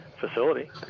facility